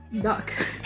duck